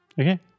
Okay